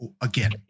again